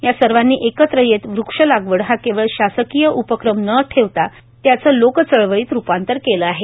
या सर्वांनी एकत्र येत वृक्षलागवड हा केवळ शासकीय उपक्रम न ठेवता त्याचे लोकचळवळीत रुपांतर केले आहे